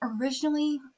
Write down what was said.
originally